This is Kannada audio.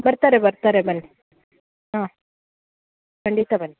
ಬರ್ತಾರೆ ಬರ್ತಾರೆ ಬನ್ನಿ ಹಾಂ ಖಂಡಿತ ಬನ್ನಿ